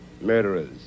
murderers